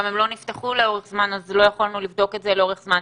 הם גם לא נפתחו לאורך זמן אז לא יכולנו לבדוק את זה לאורך זמן,